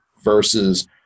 versus